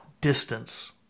distance